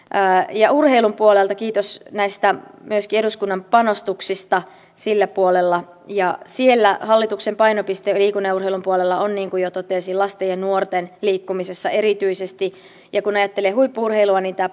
ja urheilun puolella kiitos myöskin näistä eduskunnan panostuksista sillä puolella hallituksen painopiste liikunnan ja urheilun puolella on niin kuin jo totesin lasten ja nuorten liikkumisessa erityisesti ja kun ajattelee huippu urheilua niin tämä